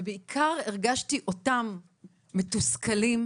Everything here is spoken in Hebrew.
ובעיקר הרגשתי אותם מתוסכלים,